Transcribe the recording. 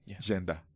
gender